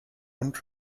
und